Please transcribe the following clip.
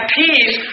peace